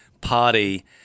Party